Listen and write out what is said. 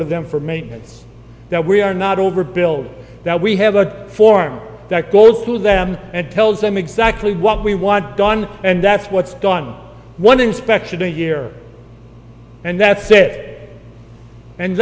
of them for maintenance that we are not overbuilt that we have a form that go through them and tells them exactly what we want done and that's what's gone one inspection a year and that's it and